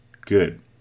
Good